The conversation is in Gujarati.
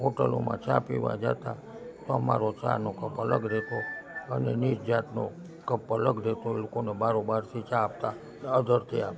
હોટલોમાં ચા પીવા જતા તો અમારો ચાનો કપ અલગ રહેતો અને નીચ જાતનો કપ અલગ રહેતો એ લોકોને બારોબારથી ચા આપતા અધ્ધરથી આપતા